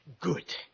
Good